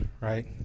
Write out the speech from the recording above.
right